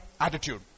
attitude